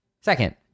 Second